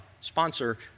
sponsor